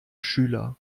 schüler